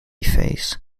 phase